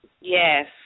Yes